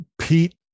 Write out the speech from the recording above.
pete